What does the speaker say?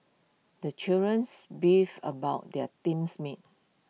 the children's beefed about their teams mates